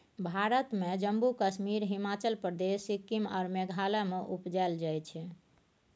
भारत मे जम्मु कश्मीर, हिमाचल प्रदेश, सिक्किम आ मेघालय मे उपजाएल जाइ छै